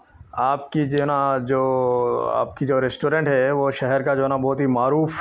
آپ کی جو ہے نا جو آپ کی جو ریسٹورینٹ ہے وہ شہر کا جو ہے نا بہت ہی معروف